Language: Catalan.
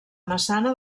massana